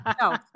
no